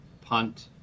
punt